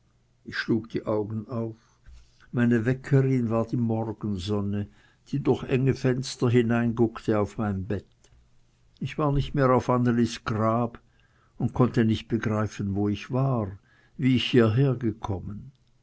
ich schlug die augen auf meine weckerin war die morgensonne die durch enge fenster hineinguckte auf mein bett ich war nicht mehr auf annelis grab und konnte nicht begreifen wo ich war wie ich hieher gekommen